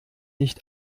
nicht